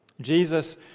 Jesus